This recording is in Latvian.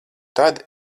tad